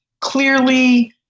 clearly